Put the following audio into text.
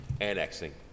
annexing